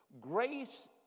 Grace